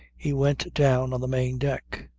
he went down on the main deck.